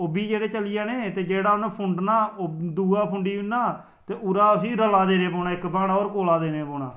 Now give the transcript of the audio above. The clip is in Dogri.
ओह् बी इयां चली जाने ते जेहडा़ उहे फुंडना ओह् बी फुंडी ओड़ना ते उपरा उसी रला देना पौना इक बांह्टा होर कोला देना पौना